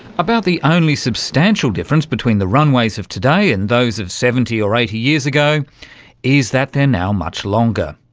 about the only substantial difference between the runways of today and those of seventy or eighty years ago is that they're now much longer.